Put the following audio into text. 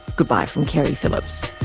goodbye from keri phillips